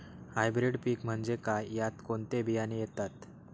Hybrid पीक म्हणजे काय? यात कोणते बियाणे येतात?